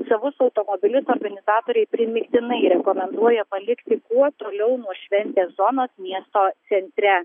savus automobilius organizatoriai primygtinai rekomenduoja palikti kuo toliau nuo šventės zonos miesto centre